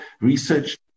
research